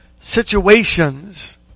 situations